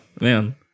man